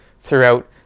throughout